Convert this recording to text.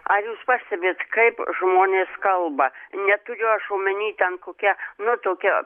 ar jūs pastebit kaip žmonės kalba neturiu aš omeny ten kokia nu tokia